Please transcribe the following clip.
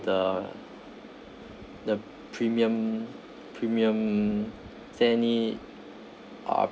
the the premium premium is there any uh